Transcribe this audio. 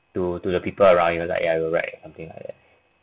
to to the people around you like you are right something like that